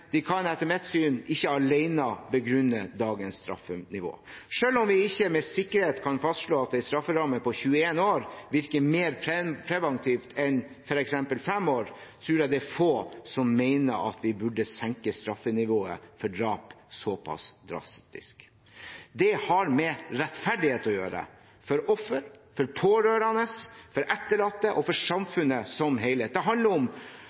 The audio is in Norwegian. de kan etter mitt syn ikke alene begrunne dagens straffenivå. Selv om vi ikke med sikkerhet kan fastslå at en strafferamme på 21 år virker mer preventiv enn f.eks. 5 år, tror jeg det er få som mener at vi burde senke straffenivået for drap så pass drastisk. Det har med rettferdighet å gjøre: for offer, for pårørende, for etterlatte og for samfunnet som helhet. Det handler også om